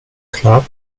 club